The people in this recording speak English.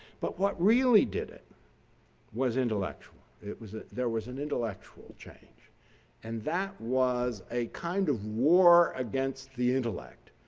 but what really did it was intellectual. it was ah there was an intellectual change and that was a kind of war against the intellect.